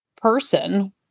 person